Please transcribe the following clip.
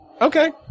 okay